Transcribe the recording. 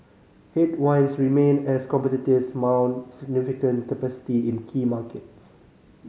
headwinds remain as competitors mount significant capacity in key markets